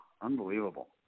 unbelievable